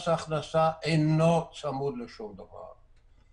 מס ההכנסה אינו צמוד לשום דבר.